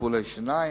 טיפולי שיניים.